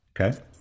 Okay